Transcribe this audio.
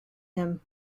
him